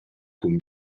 cun